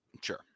Sure